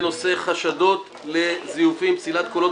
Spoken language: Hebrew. אנחנו דנים בנושא חשדות לזיופים ופסילת קולות